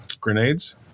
grenades